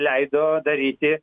leido daryti